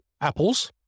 apples